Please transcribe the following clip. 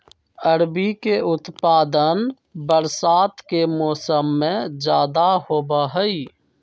अरबी के उत्पादन बरसात के मौसम में ज्यादा होबा हई